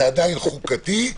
זה עדיין חוקתי,